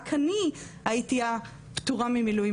רק אני הייתי הפטורה ממילואים,